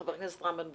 חבר הכנסת רם בן ברק.